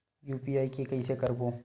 UPI के कइसे करबो?